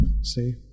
See